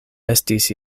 estis